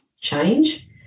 change